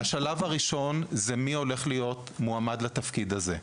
השלב הראשון זה מי הולך להיות מועמד לתפקיד הזה.